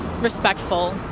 respectful